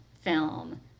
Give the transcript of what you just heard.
film